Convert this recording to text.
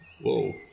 Whoa